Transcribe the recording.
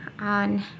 On